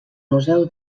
museu